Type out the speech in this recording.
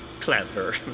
Clever